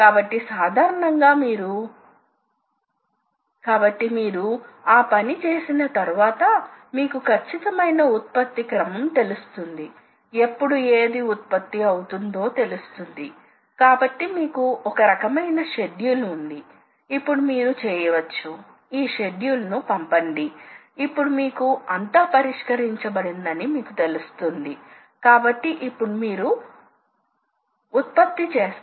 వాస్తవానికి వివిధ రకాల సహాయక భాగాలు ఉన్నాయి ఉదాహరణకు టూల్ వర్క్ పీస్ ఇంటర్ఫేస్ వద్ద చాలా ఎక్కువ ఉష్ణ ఉత్పత్తి ఉంటుందని మీకు తెలుసు కాబట్టి శీతలకరణి ని నేరుగా వర్తింపజేయాలి ద్రవ శీతలకరణి ని నేరుగా టూల్ వర్క్ పీస్ ఇంటర్ఫేస్ వద్ద వర్తింపజేయాలి